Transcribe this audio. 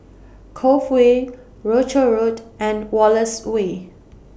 Cove Way Rochor Road and Wallace Way